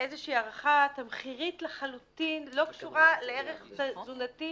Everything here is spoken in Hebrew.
בהצלחה ואת יכולה לסמוך עלי: מי שקולו לא יישמע אנחנו נדאג שיישמע,